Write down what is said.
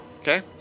Okay